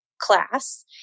class